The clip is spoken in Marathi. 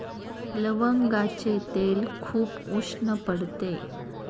लवंगाचे तेल खूप उष्ण पडते